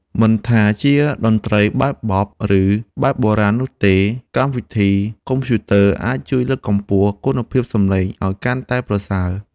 មិនថាជាតន្ត្រីបែបប៉ុប ឬ បែបបុរាណនោះទេ កម្មវិធីកុំព្យូទ័រអាចជួយលើកកម្ពស់គុណភាពសំឡេងឱ្យកាន់តែប្រសើរ។